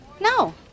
No